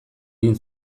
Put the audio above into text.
egin